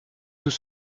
tout